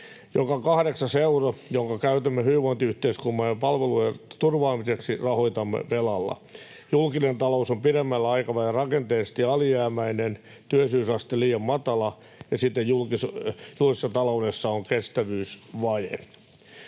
Joka kahdeksannen euron, jonka käytämme hyvinvointiyhteiskuntamme palvelujen turvaamiseksi, rahoitamme velalla. Julkinen talous on pidemmällä aikavälillä rakenteellisesti alijäämäinen, työllisyysaste on liian matala, ja siten julkisessa taloudessa on kestävyysvaje.